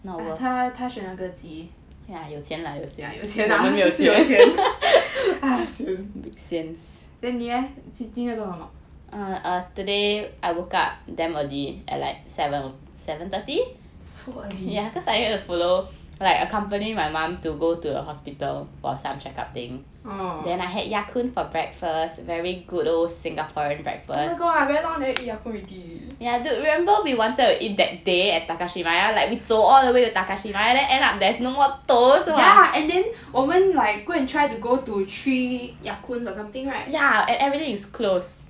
err 那他他选了个鸡 ya 他是有钱 ah sian then 你 leh 今天做什么 so early oh oh my god I very long never eat Ya Kun already ya and then 我们 like go and try to go to three Ya Kun or something right